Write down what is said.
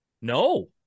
No